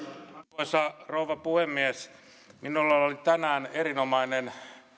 arvoisa rouva puhemies minulla oli tänään erinomainen